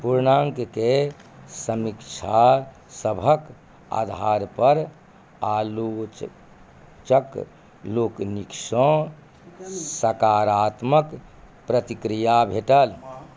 पूर्णाङ्ककेँ समीक्षा सबके आधारपर आलोचक लोकनिसँ सकारात्मक प्रतिक्रिया भेटल